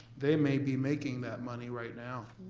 they may be making that money right now,